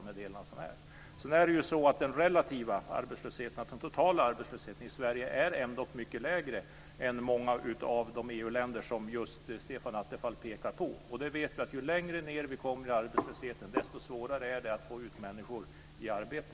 Sedan är det ju så att den totala arbetslösheten i Sverige ändock är mycket lägre än i många av de EU länder som Stefan Attefall pekar på. Vi vet att ju längre ned vi kommer i arbetslöshet, desto svårare är det att få ut människor i arbete.